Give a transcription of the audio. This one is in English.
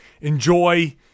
enjoy